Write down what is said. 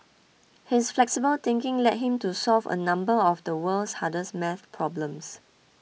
his flexible thinking led him to solve a number of the world's hardest math problems